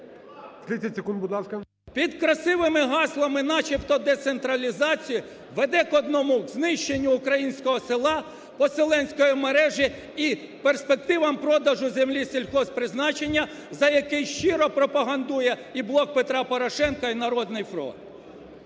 під красивими гаслами начебто децентралізації веде к одному – к знищенню українського села, поселенської мережі і перспективам продажу землі сільхозпризначення, за який щиро пропагандує і "Блок Петра Порошенка", і "Народний фронт".